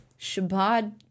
Shabad